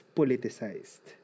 politicized